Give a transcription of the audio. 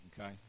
okay